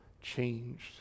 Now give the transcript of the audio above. changed